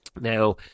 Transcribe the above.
Now